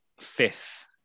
fifth